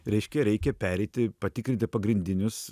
reiškia reikia pereiti patikrinti pagrindinius